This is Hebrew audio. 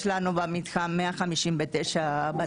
יש לנו במתחם 159 בתים.